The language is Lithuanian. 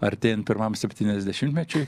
artėjant pirmam septyniasdešimtmečiui